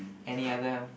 any other